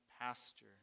pasture